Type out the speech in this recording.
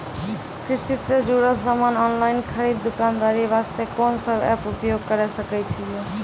कृषि से जुड़ल समान ऑनलाइन खरीद दुकानदारी वास्ते कोंन सब एप्प उपयोग करें सकय छियै?